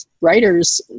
writers